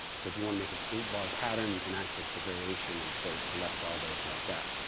so if you want to make it eight-bar pattern, you can access the variation and say select all those like that.